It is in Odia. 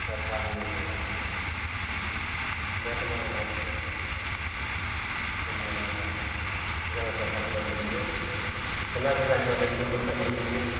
ଅଠା ହେଇଯାଇଛି ତମର ଦେଖ୍ମା ରହ କେନ୍ତା କେନ୍ତା ଠିକ୍ରେ ପଇସା ପତ୍ର ଦେବେ ଯେ କେନ୍ତା କେନ୍ତା ହିସାବେ ଦେବି କି ମୁଇଁ ଏଇନା କହିଦେବି ମୁଇଁ